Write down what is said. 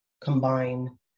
combine